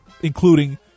including